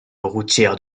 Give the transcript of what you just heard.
routières